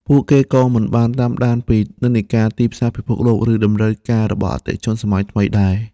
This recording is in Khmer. ពួកគេក៏មិនបានតាមដានពីនិន្នាការទីផ្សារពិភពលោក ឬតម្រូវការរបស់អតិថិជនសម័យថ្មីដែរ។